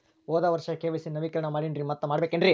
ಹೋದ ವರ್ಷ ಕೆ.ವೈ.ಸಿ ನವೇಕರಣ ಮಾಡೇನ್ರಿ ಮತ್ತ ಮಾಡ್ಬೇಕೇನ್ರಿ?